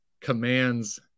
commands